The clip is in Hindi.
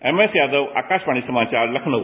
एमएस यादव आकाशवाणी समाचार लखनऊ